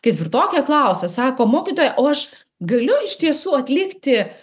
ketvirtokė klausia sako mokytoja o aš galiu iš tiesų atlikti